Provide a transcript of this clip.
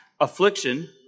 Affliction